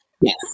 Yes